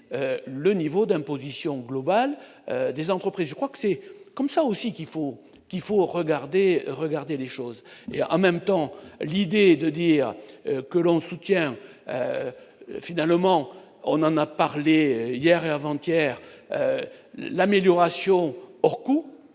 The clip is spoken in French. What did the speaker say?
le niveau d'imposition globale des entreprises, je crois que c'est comme ça aussi qu'il faut qu'il faut regarder, regarder les choses mais en même temps l'idée de dire que l'on soutient finalement on en a parlé hier et avant hier l'amélioration pourquoi